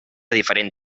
diferent